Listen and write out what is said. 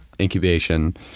incubation